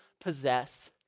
possess